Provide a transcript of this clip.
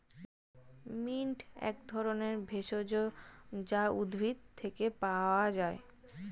mint এক ধরনের ভেষজ যা উদ্ভিদ থেকে পাওয় যায়